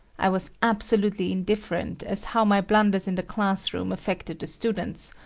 i was absolutely indifferent as how my blunders in the class room affected the students,